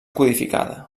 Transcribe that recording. codificada